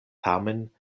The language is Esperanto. tamen